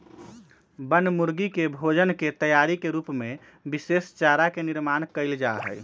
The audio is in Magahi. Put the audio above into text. बनमुर्गी के भोजन के तैयारी के रूप में विशेष चारा के निर्माण कइल जाहई